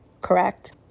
Correct